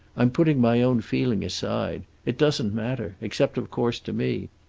i'm putting my own feeling aside. it doesn't matter except of course to me.